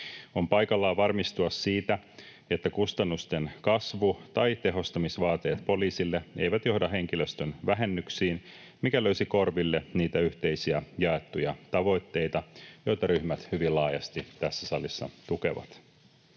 On paikallaan varmistua siitä, että kustannusten kasvu tai tehostamisvaateet poliisille eivät johda henkilöstön vähennyksiin, mikä löisi korville niitä yhteisiä jaettuja tavoitteita, joita ryhmät hyvin laajasti tässä salissa tukevat.